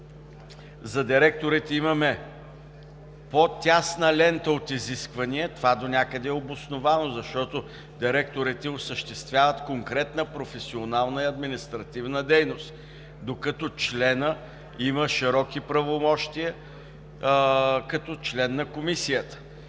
за директорите имаме по-тясна лента от изисквания, това донякъде е обосновано, защото директорите осъществяват конкретна професионална и административна дейност, докато членът има широки правомощия като член на Комисията.